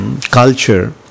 culture